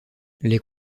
les